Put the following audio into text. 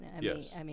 Yes